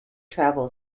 travel